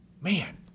Man